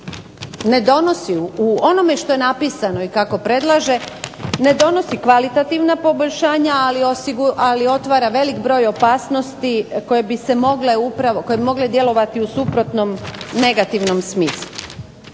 ne donosi ono što je napisano i kako predlaže ne donosi kvalitativna poboljšanja ali otvara veliki broj opasnosti koje bi mogle djelovati u suprotnom negativnom smislu.